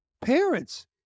parents